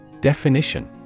Definition